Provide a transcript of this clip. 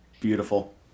beautiful